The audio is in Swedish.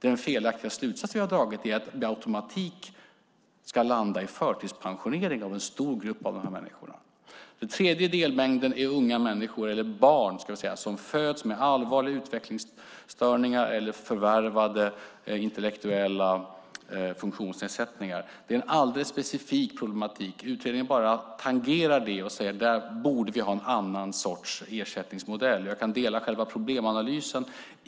Den felaktiga slutsats vi har dragit är att det med automatik ska landa i en förtidspensionering av en stor grupp av de här människorna. Den tredje delmängden handlar om barn som föds med allvarliga utvecklingsstörningar eller som förvärvat intellektuella funktionsnedsättningar. Det är en alldeles specifik problematik. Utredningen tangerar bara det och säger: Där borde vi ha en annan sorts ersättningsmodell. Jag kan dela själva problemanalysen.